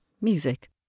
Music